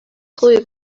خوبی